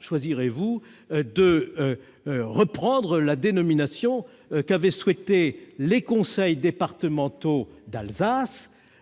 choisirez-vous alors de reprendre la dénomination qu'ont retenue tant les conseils départementaux d'Alsace